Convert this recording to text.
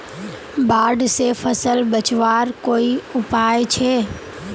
बाढ़ से फसल बचवार कोई उपाय छे?